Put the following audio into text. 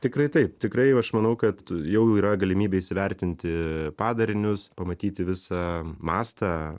tikrai taip tikrai aš manau kad jau yra galimybė įsivertinti padarinius pamatyti visą mastą